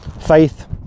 Faith